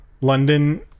london